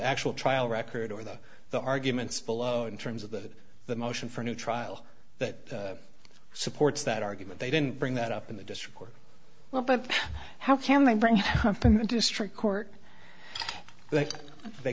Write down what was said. actual trial record or that the arguments below in terms of that the motion for a new trial that supports that argument they didn't bring that up in the district court well but how can they bring in the district court think they